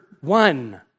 one